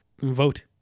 Vote